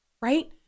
right